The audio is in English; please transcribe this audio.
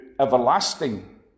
everlasting